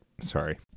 sorry